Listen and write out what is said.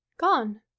gone